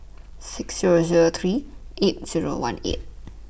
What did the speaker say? six Zero Zero three eight Zero one eight